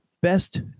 best